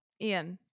Ian